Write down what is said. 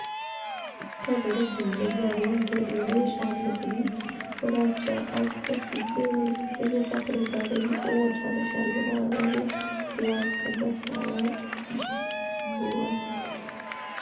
बड़े बड़े दूरा लोग औंदे बाह्र दे बी औंदे जिन्ने बी टूॅरिस्ट जेह्के औंदे न ओह् बड़े इत्थै नन्द लैंदे न फ्ही साढ़ा रामनगर दा बसंतगढ़ होइया